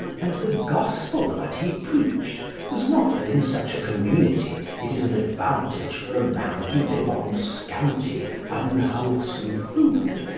and the gospel that he preached was not that in such a community it is an advantage for a man to live on scanty, unwholesome food,